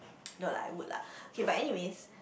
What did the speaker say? no lah I would lah K but anyways